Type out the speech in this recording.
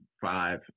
five